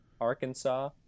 Arkansas